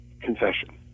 confession